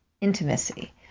intimacy